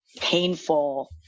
painful